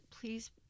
please